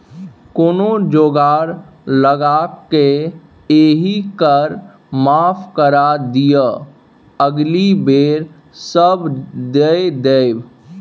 कोनो जोगार लगाकए एहि कर माफ करा दिअ अगिला बेर सभ दए देब